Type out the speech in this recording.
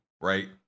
right